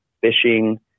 fishing